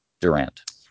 Durant